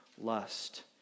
lust